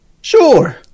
Sure